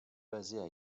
basée